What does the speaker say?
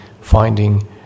finding